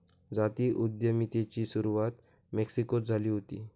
जाती उद्यमितेची सुरवात मेक्सिकोत झाली हुती